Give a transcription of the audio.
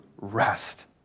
rest